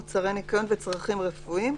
מוצרי ניקיון וצרכים רפואיים,